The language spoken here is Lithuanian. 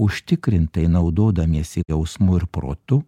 užtikrintai naudodamiesi jausmu ir protu